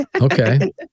Okay